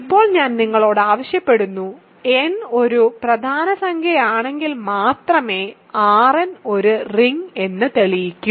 ഇപ്പോൾ ഞാൻ നിങ്ങളോട് ആവശ്യപ്പെടുന്നു n ഒരു പ്രധാന സംഖ്യയാണെങ്കിൽ മാത്രമേ Rn ഒരു റിങ് എന്ന് തെളിയിക്കൂ